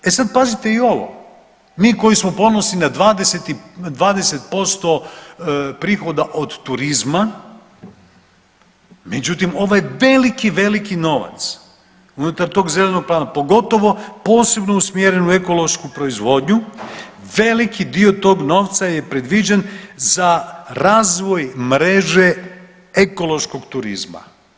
E sada pazite i ovo, mi koji smo ponosni na 20% prihoda od turizma, međutim ovaj veliki, veliki novac unutar tog zelenog plana pogotovo posebno usmjeren u ekološku proizvodnju veliki dio tog novca je predviđen za razvoj mreže ekološkog turizma.